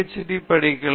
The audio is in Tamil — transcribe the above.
டி படிக்க வரலாம்